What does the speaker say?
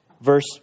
Verse